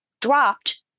dropped